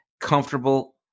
comfortable